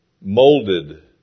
molded